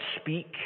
speak